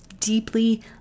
deeply